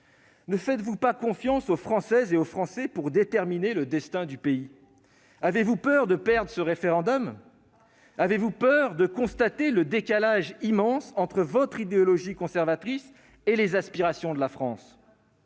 ne faites-vous pas confiance aux Françaises et aux Français pour déterminer le destin du pays ? Avez-vous peur de perdre ce référendum ? Avez-vous peur de constater le décalage immense entre votre idéologie conservatrice et les aspirations de la France ?